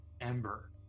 Ember